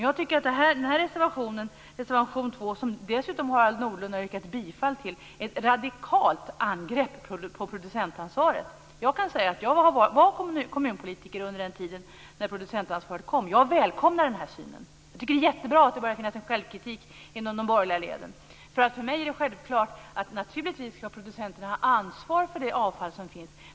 Jag tycker att reservation 2, som Harald Nordlund dessutom har yrkat bifall till, är ett radikalt angrepp på producentansvaret. Jag kan säga att jag var kommunpolitiker under den tid då producentansvaret kom, och jag välkomnar denna syn. Jag tycker att det är jättebra att det börjar finnas en självkritik inom de borgerliga leden. För mig är det nämligen självklart att producenterna naturligtvis skall ha ansvar för det avfall som finns.